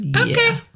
Okay